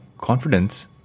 confidence